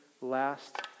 last